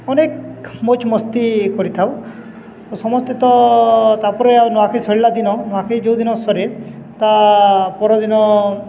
ଅନେକ ମୌଜ ମସ୍ତି କରିଥାଉ ସମସ୍ତେ ତ ତାପରେ ଆଉ ନୂଆଖାଇ ସରିଲା ଦିନ ନୂଆଖାଇ ଯେଉଁଦିନ ସରେ ତା ପରଦିନ